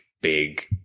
big